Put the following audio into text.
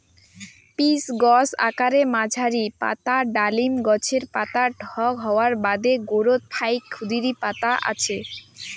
pitch গছ আকারে মাঝারী, পাতা ডালিম গছের পাতার ঢক হওয়ার বাদে গোরোত ফাইক ক্ষুদিরী পাতা আছে